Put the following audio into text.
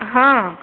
हँ